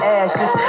ashes